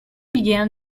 began